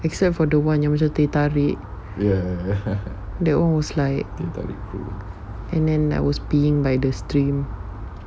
except for the one yang macam teh tarik that [one] was like and then I was peeing by the stream